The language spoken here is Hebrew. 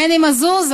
מני מזוז,